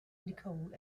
nicole